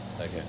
Okay